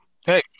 Hey